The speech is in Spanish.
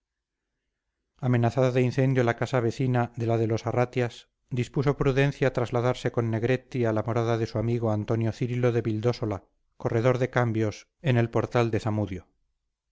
amenazada de incendio la casa vecina de la de los arratias dispuso prudencia trasladarse con negretti a la morada de su amigo antonio cirilo de vildósola corredor de cambios en el portal de zamudio